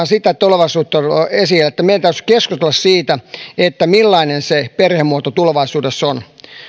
sitä tulevaisuutta että meidän täytyisi keskustella siitä millainen se perhemuoto tulevaisuudessa on